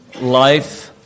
life